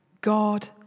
God